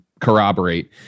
corroborate